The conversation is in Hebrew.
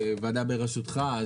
בקצרה.